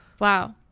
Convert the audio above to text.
Wow